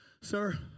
Sir